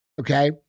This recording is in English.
okay